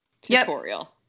tutorial